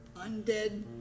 undead